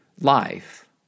life